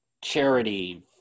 charity